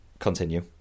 Continue